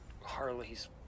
Harley's